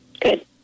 Good